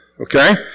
Okay